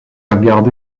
regardé